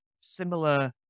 similar